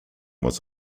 was